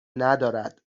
ندارد